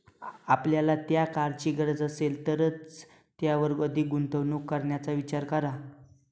आपल्याला त्या कारची गरज असेल तरच त्यावर अधिक गुंतवणूक करण्याचा विचार करा